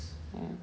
mm